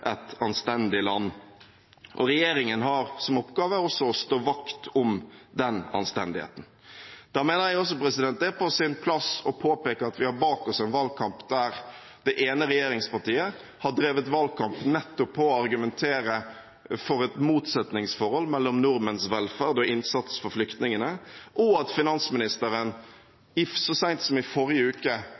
et anstendig land. Regjeringen har som oppgave også å stå vakt om den anstendigheten. Da mener jeg det er på sin plass å påpeke at vi har bak oss en valgkamp der det ene regjeringspartiet har drevet valgkamp nettopp på å argumentere for et motsetningsforhold mellom nordmenns velferd og innsats for flyktningene, og at finansministeren så sent som i forrige uke